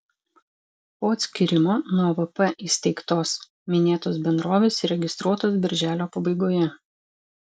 po atskyrimo nuo vp įsteigtos minėtos bendrovės įregistruotos birželio pabaigoje